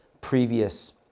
previous